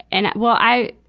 and, well, i,